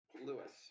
Lewis